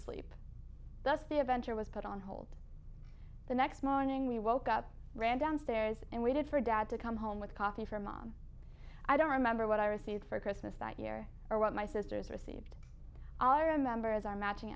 asleep thus the adventure was put on hold the next morning we woke up ran downstairs and waited for dad to come home with coffee for mom i don't remember what i received for christmas that year or what my sisters received i remember as our matching